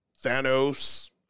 Thanos